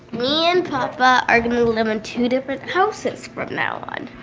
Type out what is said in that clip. me and papa are going to live in two different houses from now on.